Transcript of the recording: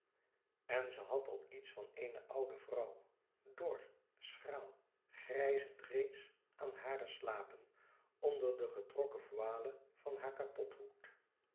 en ze had al iets van eene oude vrouw dor schraal grijzend reeds aan hare slapen onder de getrokken voile van haar